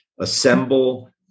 assemble